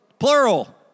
Plural